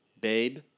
Babe